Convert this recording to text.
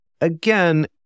again